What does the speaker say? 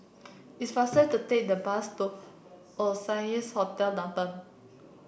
it's faster to take the bus to Oasia Hotel Downtown